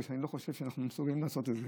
בגלל שאני לא חושב שאנחנו מסוגלים לעשות את זה,